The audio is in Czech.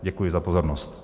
Děkuji za pozornost.